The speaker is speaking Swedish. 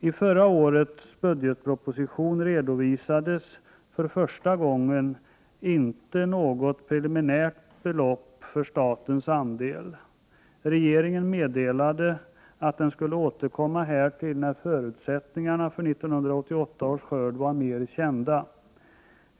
I förra årets budgetproposition redovisades, för första gången, inte något preliminärt belopp som statens andel. Regeringen meddelade att den skulle återkomma härtill när förutsättningarna för 1988 års skörd var mer kända.